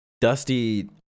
Dusty